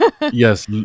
Yes